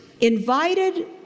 invited